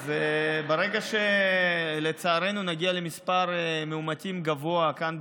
ברגע שלצערנו נגיע למספר מאומתים גבוה כאן,